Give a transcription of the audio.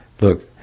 Look